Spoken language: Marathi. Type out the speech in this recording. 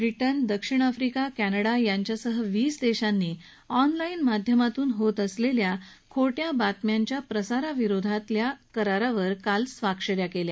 भारत फ्रान्स ब्रिटनदक्षिण आफ्रिका क्विडा यांच्यासह वीस देशांनी ऑनलाईन माध्यमातून होत असलेल्या खोट्या बातम्यांच्या प्रसारा विरोधातल्या करारावर काल स्वाक्षऱ्या केल्या